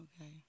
Okay